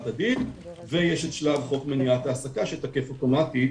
הדין ויש את שלב חוק מניעת העסקה שתקף אוטומטית